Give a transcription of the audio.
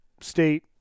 state